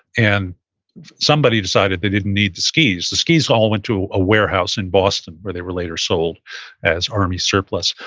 and somebody decided they didn't need the skis. the skis all went to a warehouse in boston, where they were later sold as army surplus.